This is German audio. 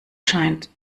scheint